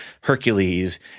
Hercules